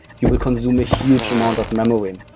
you will consume a huge amount of memory.